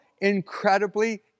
incredibly